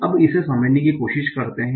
अब इसे समझने की कोशिश करते हैं